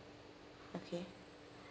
okay